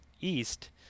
east